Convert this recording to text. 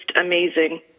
amazing